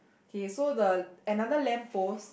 okay so the another lamp post